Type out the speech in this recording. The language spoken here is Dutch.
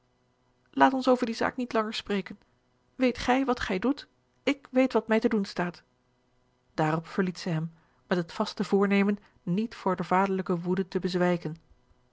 laat ons over die zaak niet langer spreken weet gij wat gij doet ik weet wat mij te doen staat daarop verliet zij hem met het vaste voornemen niet voor de vaderlijke woede te bezwijken